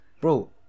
Bro